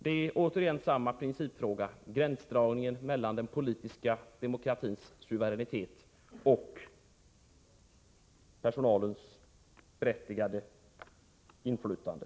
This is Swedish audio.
Det gäller återigen samma principfråga, nämligen gränsdragningen mellan den politiska demokratins suveränitet och personalens berättigade inflytande.